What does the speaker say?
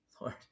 Lord